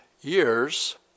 years